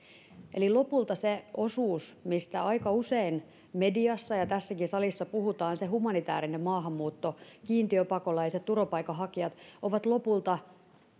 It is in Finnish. eli lopulta se osuus mistä aika usein mediassa ja tässäkin salissa puhutaan humanitäärinen maahanmuutto kiintiöpakolaiset turvapaikanhakijat on lopulta